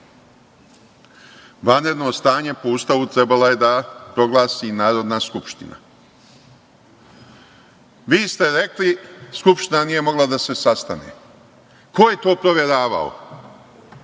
Vanredno stanje po Ustavu trebalo je da proglasi Narodna skupština. Vi ste rekli, Skupština nije mogla da se sastane. Ko je to proveravao?